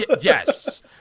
Yes